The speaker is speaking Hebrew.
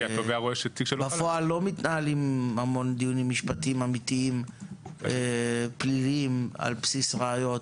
בפועל לא מתנהלים המון דיונים משפטיים אמיתיים פליליים על בסיס ראיות,